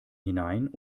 hinein